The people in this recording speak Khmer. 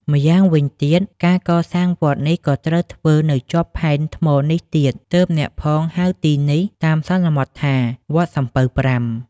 ម្យ៉ាងវិញទៀត ការកសាងវត្តនេះ ក៏ត្រូវធ្វើនៅជាប់ផែនថ្មនេះទៀត ទើបអ្នកផងហៅទីនេះតាមសន្មតថា "វត្តសំពៅប្រាំ" ។